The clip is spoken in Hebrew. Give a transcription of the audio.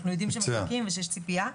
אנחנו יודעים שמחכים ושיש צפייה.